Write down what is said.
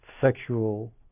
sexual